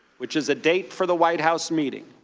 which is a date for the white house meeting,